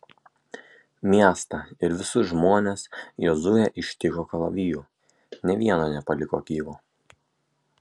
miestą ir visus žmones jozuė ištiko kalaviju nė vieno nepaliko gyvo